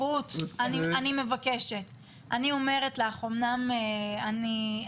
אני אומרת לך, אמנם אני,